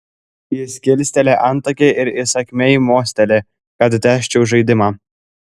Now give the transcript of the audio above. jis kilsteli antakį ir įsakmiai mosteli kad tęsčiau žaidimą